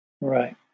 Right